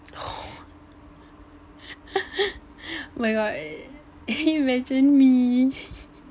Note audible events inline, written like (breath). (breath) (laughs) oh my god can you imagine me (laughs)